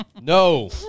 No